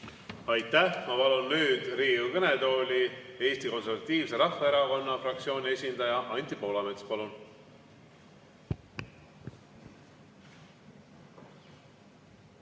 Aitäh! Ma palun nüüd Riigikogu kõnetooli Eesti Konservatiivse Rahvaerakonna fraktsiooni esindaja Anti Poolametsa. Palun!